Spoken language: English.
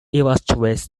illustrates